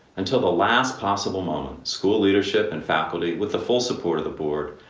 until the last possible moment, school leadership and faculty, with the full support of the board,